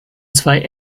zwei